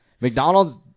McDonald's